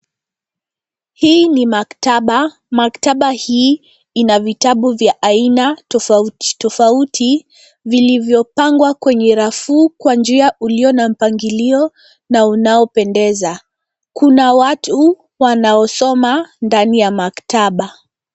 Hii ni maktaba. Maktaba hii ina vitabu vya aina tofauti tofauti vilivyopangwa kwenye rafu kwa njia ulio na mpangilio na unaopendeza. Kuna watu wanaosoma ndani ya maktaba.